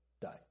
die